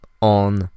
on